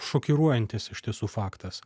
šokiruojantis iš tiesų faktas